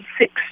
six